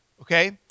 okay